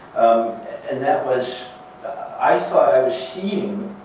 and that was i thought i was seeing